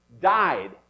died